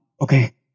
Okay